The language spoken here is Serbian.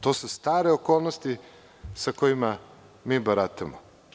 To su stare okolnosti sa kojima mi baratamo.